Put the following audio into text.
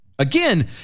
Again